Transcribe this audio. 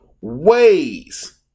ways